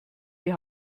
die